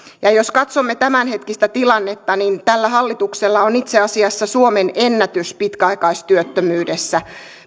jos katsomme tämänhetkistä tilannetta niin tällä hallituksella on itse asiassa suomenennätys pitkäaikaistyöttömyydessä